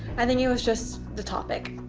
i think it was just the topic,